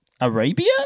Arabia